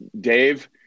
dave